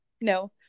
No